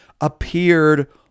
appeared